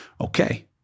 Okay